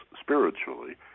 spiritually